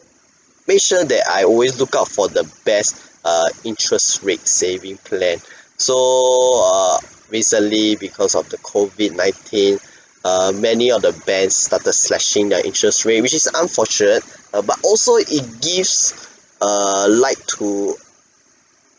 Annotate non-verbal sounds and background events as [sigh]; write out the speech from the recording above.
make sure that I always lookout for the best uh interest rates saving plan [breath] so uh recently because of the COVID nineteen [breath] err many of the banks started slashing their interest rate which is unfortunate [breath] but also it gives a light to